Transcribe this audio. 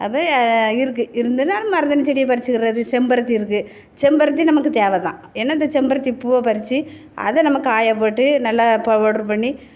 அது இருக்குது இருந்துன்னால் அது மருதாணி செடியை பறிச்சுக்கிட்றது செம்பருத்தி இருக்குது செம்பருத்தி நமக்கு தேவை தான் ஏன்னால் இந்த செம்பருத்தி பூவை பறித்து அதை நம்ம காய போட்டு நல்லா பவுடர் பண்ணி